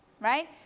right